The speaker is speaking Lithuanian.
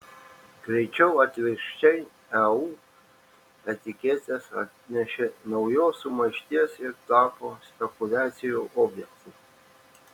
greičiau atvirkščiai eu etiketės atnešė naujos sumaišties ir tapo spekuliacijų objektu